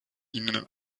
ihnen